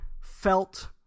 felt